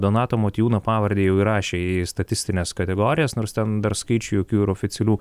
donato motiejūno pavardę jau įrašė į statistines kategorijas nors ten dar skaičių jokių ir oficialių